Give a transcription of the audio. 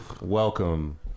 welcome